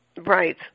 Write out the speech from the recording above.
Right